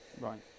Right